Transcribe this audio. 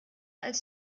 als